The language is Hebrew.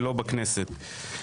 לא בכנסת.